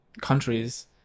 countries